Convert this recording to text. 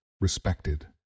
respected